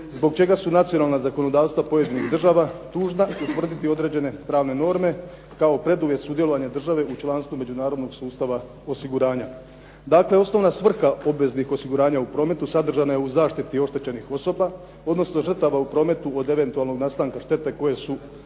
zbog čega su nacionalna zakonodavstva pojedinih država dužna utvrditi određene pravne norme kao preduvjet sudjelovanja države u članstvu međunarodnog sustava osiguranja. Dakle, osnovna svrha obveznih osiguranja u prometu sadržana je u zaštiti određenih osoba, odnosno žrtava u prometu od eventualnog nastanka štete koje su im